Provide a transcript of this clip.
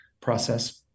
process